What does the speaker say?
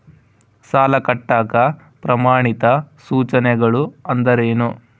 ಸಾಲ ಕಟ್ಟಾಕ ಪ್ರಮಾಣಿತ ಸೂಚನೆಗಳು ಅಂದರೇನು?